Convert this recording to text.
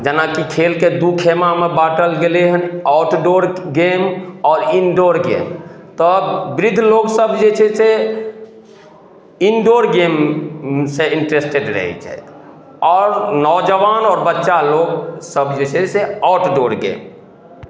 जेनाकि खेलके दू खेमामे बाँटल गेलय हन आउटडोर गेम आओर इंडोर गेम तऽ वृद्ध लोक सब जे छै से इंडोर गेमसे इन्ट्रेस्टेड रहय छथि आओर नौजवान आओर बच्चा लोग सब जे छै से आउटडोर गेम